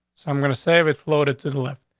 so i'm gonna save it. floated to the left.